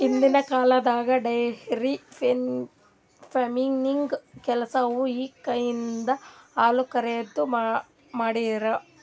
ಹಿಂದಿನ್ ಕಾಲ್ದಾಗ dairy farming ಕೆಲಸವು ಕೈಯಿಂದ ಹಾಲುಕರೆದು, ಮಾಡ್ತಿರು